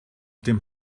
dem